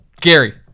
gary